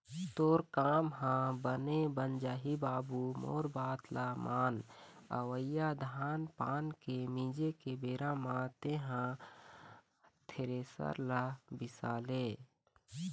तोर काम ह बने बन जाही बाबू मोर बात ल मान अवइया धान पान के मिंजे के बेरा म तेंहा थेरेसर ल बिसा ले